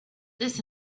this